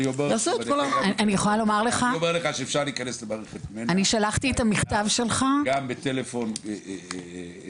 אני אומר לך שאפשר להיכנס למערכת מנ"ע גם בטלפון רגיל.